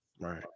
right